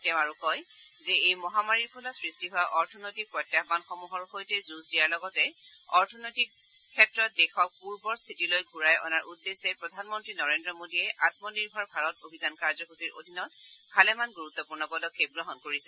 তেওঁ আৰু কয় যে এই মহামাৰীৰ ফলত সৃষ্টি হোৱা অৰ্থনৈতিক প্ৰত্যাহানসমূহৰ সৈতে যুঁজ দিয়াৰ লগতে অৰ্থনৈতিক ক্ষেত্ৰত দেশত পূৰ্বৰ শ্বিতিলৈ ঘূৰাই অনাৰ উদ্দেশ্যে প্ৰধানমন্ত্ৰী নৰেজ্ৰ মোডীযে আমনিৰ্ভৰ ভাৰত অভিযান কাৰ্যসূচীৰ অধীনত ভালেমান গুৰুত্বপূৰ্ণ পদক্ষেপ গ্ৰহণ কৰিছে